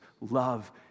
love